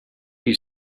you